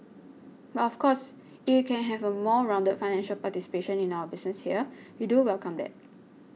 but of course if we can have a more rounded financial participation in our business here we do welcome that